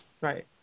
Right